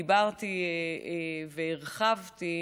דיברתי והרחבתי,